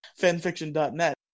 fanfiction.net